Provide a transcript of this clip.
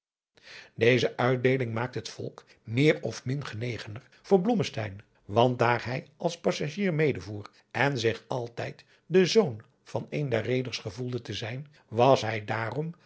deze uitdeeling maakte het volk meer of min genegener voor blommesteyn want daar hij als passagier medevoer en zich altijd den zoon van een der reeders gevoelde te zijn was hij daarom